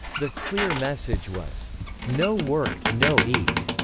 the clear message was no work, no eat.